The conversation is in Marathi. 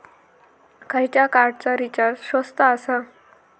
खयच्या कार्डचा रिचार्ज स्वस्त आसा?